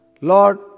Lord